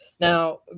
Now